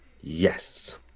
Yes